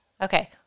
Okay